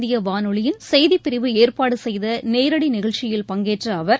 இந்தியவாளொலியின் செய்திப்பிரிவு ஏற்பாடுசெய்தநேரடிநிகழ்ச்சியில் பங்கேற்றஅவர்